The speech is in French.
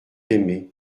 aimé